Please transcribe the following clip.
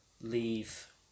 leave